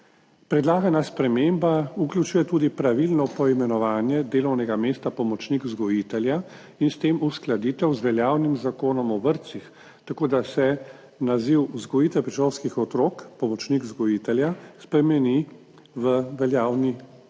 Predlagana sprememba vključuje tudi pravilno poimenovanje delovnega mesta pomočnik vzgojitelja in s tem uskladitev z veljavnim Zakonom o vrtcih, tako da se naziv vzgojitelj predšolskih otrok, pomočnik vzgojitelja spremeni v veljavni naziv,